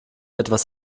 etwas